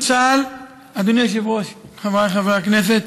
אדוני היושב-ראש, חבריי חברי הכנסת,